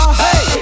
hey